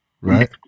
right